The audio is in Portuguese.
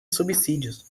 subsídios